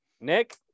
nick